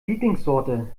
lieblingssorte